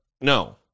No